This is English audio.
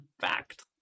fact